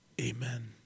amen